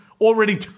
already